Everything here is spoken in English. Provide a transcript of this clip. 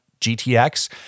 GTX